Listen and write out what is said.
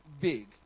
big